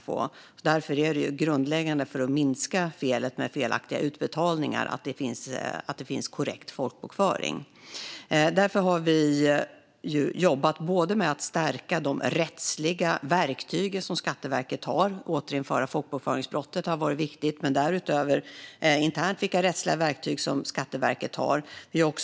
För att minska de felaktiga utbetalningarna är det grundläggande att finns en korrekt folkbokföring. Därför har vi jobbat med att stärka både de rättsliga verktyg som Skatteverket har - att återinföra folkbokföringsbrottet har varit viktigt - och de verktyg som Skatteverket har internt.